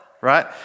right